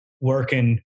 working